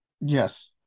Yes